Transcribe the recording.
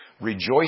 Rejoice